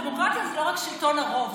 דמוקרטיה זה לא רק שלטון הרוב,